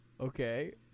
Okay